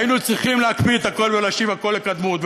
היינו צריכים להקפיא את הכול ולהשיב הכול לקדמותו